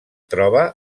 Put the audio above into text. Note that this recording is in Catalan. troba